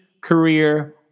career